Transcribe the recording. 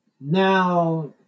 now